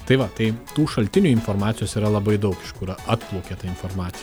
tai va tai tų šaltinių informacijos yra labai daug iš kur atplaukia ta informacija